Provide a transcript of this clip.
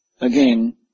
again